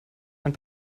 ein